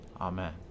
Amen